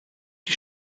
die